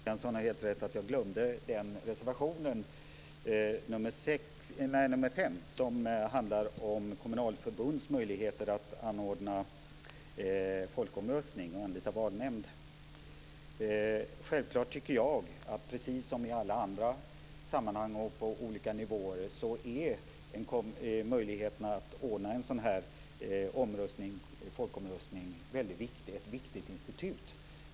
Fru talman! Först vill jag säga att Kerstin Kristiansson Karlstedt har helt rätt i att jag glömde reservation 5, som handlar om kommunalförbunds möjligheter att anordna folkomröstning och anlita valnämnd. Självklart tycker jag att möjligheterna att anordna en folkomröstning, precis som i alla andra sammanhang och på olika nivåer, är väldigt viktiga. Det är ett viktigt institut.